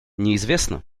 неизвестно